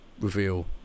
reveal